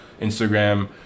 Instagram